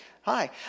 Hi